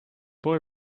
boy